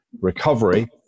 recovery